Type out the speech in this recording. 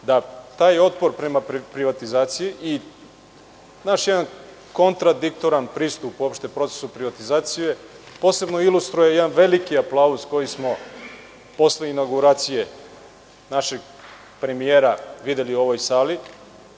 da taj otpor prema privatizaciji i naš jedan kontradiktoran pristup uopšte procesu privatizacije posebno ilustruje jedan veliki aplauz koji smo posle inauguracije našeg premijera videli u ovoj sali,